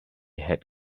had